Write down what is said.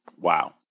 Wow